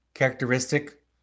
characteristic